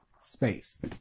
space